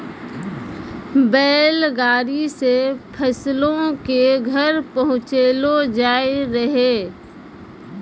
बैल गाड़ी से फसलो के घर पहुँचैलो जाय रहै